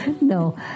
No